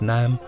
Nam